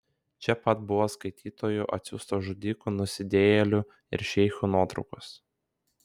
čia pat buvo skaitytojų atsiųstos žudikų nusidėjėlių ir šeichų nuotraukos